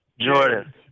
Jordan